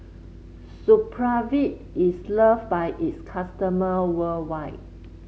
Supravit is loved by its customer worldwide